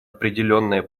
определенное